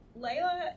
Layla